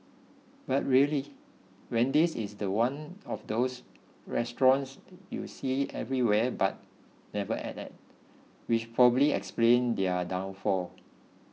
but really Wendy's is the one of those restaurants you see everywhere but never ate at which probably explain their downfall